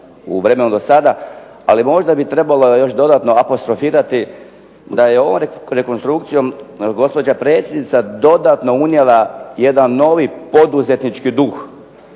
u vremenu do sada, ali možda bi trebalo još dodatno apostrofirati da je ovom rekonstrukcijom gospođa predsjednica dodatno unijela jedan novi poduzetnički duh